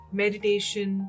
meditation